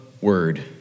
word